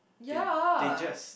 they they just